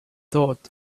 thought